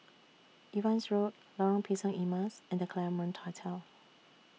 Evans Road Lorong Pisang Emas and The Claremont Hotel